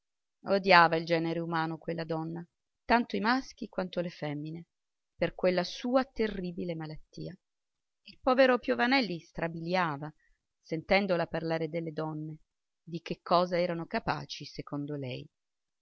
odiava il genere umano quella donna tanto i maschi quanto le femmine per quella sua terribile malattia il povero piovanelli strabiliava sentendola parlare delle donne di che cosa erano capaci secondo lei